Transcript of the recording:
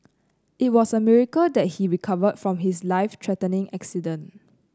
it was a miracle that he recovered from his life threatening accident